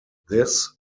this